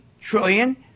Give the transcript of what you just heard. trillion